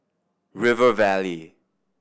River Valley